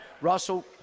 Russell